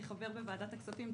כחבר בוועדת הכספים,